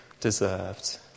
deserved